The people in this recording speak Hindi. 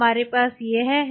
हमारे पास यह है